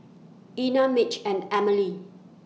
Ena Mitch and Amelie